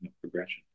progression